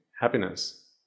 happiness